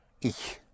Ich